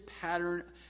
pattern